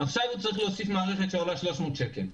עכשיו הוא צריך להוסיף מערכת שעולה 300 שקל.